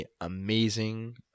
amazing